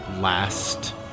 last